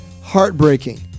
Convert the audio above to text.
heartbreaking